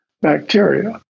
bacteria